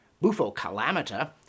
Bufo-Calamita